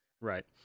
Right